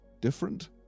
different